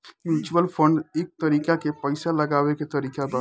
mutual fund एक तरीका के पइसा लगावे के तरीका बा